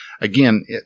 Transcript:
again